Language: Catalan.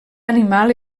animal